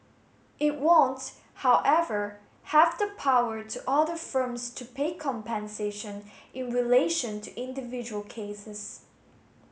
it won't however have the power to order firms to pay compensation in relation to individual cases